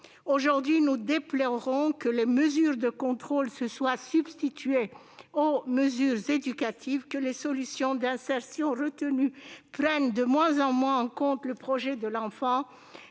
Aujourd'hui, nous déplorons que les mesures de contrôle se substituent aux mesures éducatives, que les solutions d'insertion retenues prennent de moins en moins en compte le projet de l'enfant,